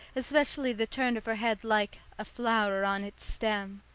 especially the turn of her head like a flower on its stem.